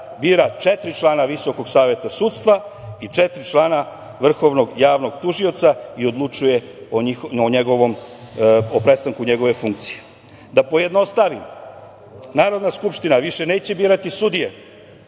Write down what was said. bira četiri člana Visokog saveta sudstva i četiri člana Vrhovnog javnog tužioca i odlučuje o prestanku njegove funkcije. Da pojednostavim. Narodna skupština više neće birati sudije,